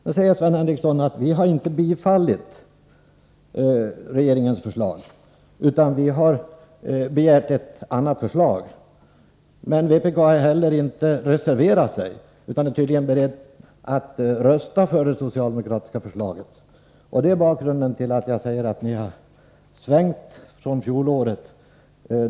Sedan säger Sven Henricsson att vpk inte har tillstyrkt regeringens förslag utan begärt ett annat förslag. Men vpk har inte heller reserverat sig utan är tydligen berett att rösta för det socialdemokratiska förslaget. Det är bakgrunden till att jag säger att ni har svängt sedan fjolåret.